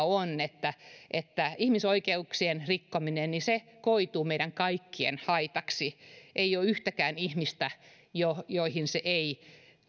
on että että ihmisoikeuksien rikkominen koituu meidän kaikkien haitaksi ei ole yhtäkään ihmistä johon se ei